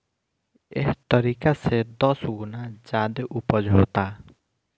एह तरीका से दस गुना ज्यादे ऊपज होता